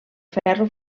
ferro